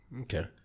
okay